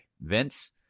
Vince